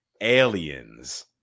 aliens